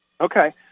Okay